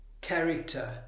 character